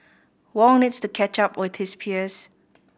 Wong needs to catch up with his peers